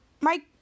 Mike